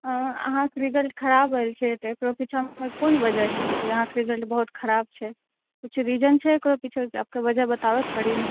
हँ अहाँके रिजल्ट खराब आयल छै तऽ तै पर पुछलहुॅं जे कोन वजह छै कि अहाँके रिजल्ट बहुत खराब छै किछु रीजन छै एकर किछौ एकर वजह बताबऽ पड़ी ने